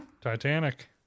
Titanic